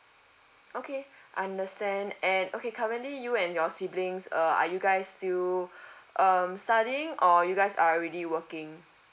okay understand and okay currently you and your siblings err are you guys still um studying or you guys are already working